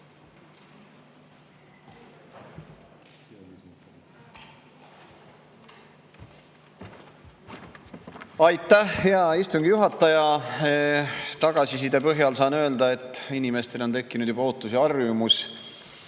Aitäh, hea istungi juhataja! Tagasiside põhjal saan öelda, et inimestel on tekkinud juba ootus ja harjumus